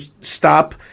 stop